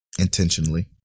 Intentionally